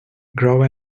grow